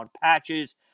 patches